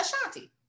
Ashanti